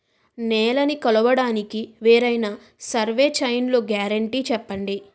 నేలనీ కొలవడానికి వేరైన సర్వే చైన్లు గ్యారంటీ చెప్పండి?